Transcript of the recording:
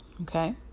okay